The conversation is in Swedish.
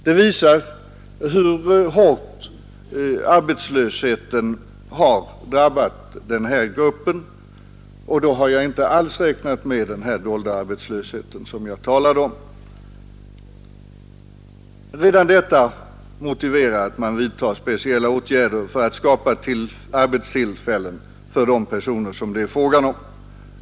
Det visar hur hårt arbetslösheten har drabbat denna grupp, och då har jag inte alls räknat med den dolda arbetslöshet som jag talade om. Redan detta motiverar att man vidtar speciella åtgärder för att skapa arbete för de personer som det är fråga om.